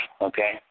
okay